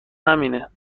همینه